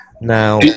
Now